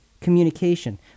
communication